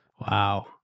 wow